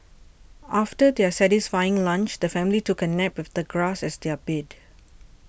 after their satisfying lunch the family took a nap with the grass as their bed